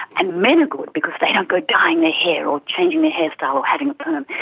and men are good because they don't go dyeing their hair or changing their hairstyle or having a perm,